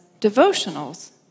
devotionals